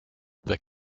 the